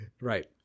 Right